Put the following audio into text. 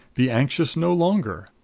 be anxious no longer.